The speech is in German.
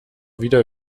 wieder